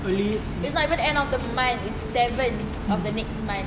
is not even end of the month is seventh of the next month